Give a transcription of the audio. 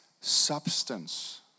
substance